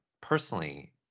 personally